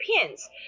pins